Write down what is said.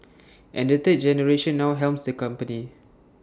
and the third generation now helms the company